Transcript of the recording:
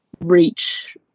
reach